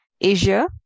Asia